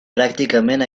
pràcticament